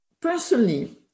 personally